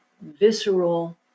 visceral